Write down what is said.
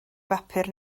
bapur